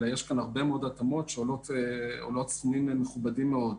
אלא יש כאן הרבה מאוד התאמות שעולות סכומים מכובדים מאוד.